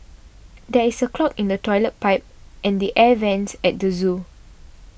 there is a clog in the Toilet Pipe and the Air Vents at the zoo